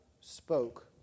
spoke